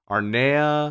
Arnea